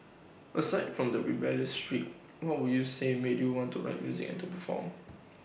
aside from the rebellious streak what would you say made you want to write music and to perform